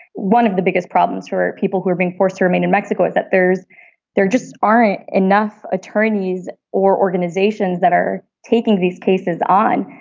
one of the biggest problems for people who are being forced to remain in mexico is that there's there just aren't enough attorneys or organizations that are taking these cases on.